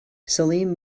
salim